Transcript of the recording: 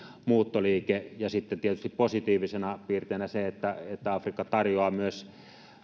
muuttoliike ja sitten tietysti positiivisena piirteenä se että että afrikka tarjoaa myös